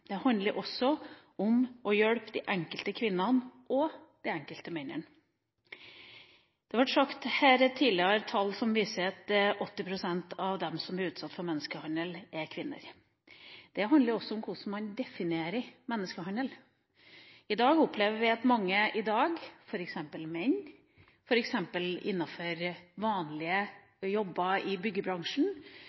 Det handler også om å hjelpe de enkelte kvinnene og de enkelte mennene. Det ble nevnt her tidligere tall som viser at 80 pst. av dem som blir utsatt for menneskehandel, er kvinner. Det handler også om hvordan man definerer menneskehandel. I dag opplever vi at mange – f.eks. menn, f.eks. innenfor vanlige jobber i byggebransjen